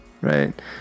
right